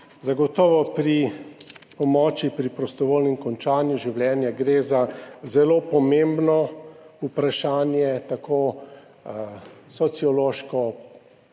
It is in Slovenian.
Zagotovo pri pomoči pri prostovoljnem končanju življenja gre za zelo pomembno vprašanje, tako sociološko,